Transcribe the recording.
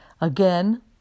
Again